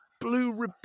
blue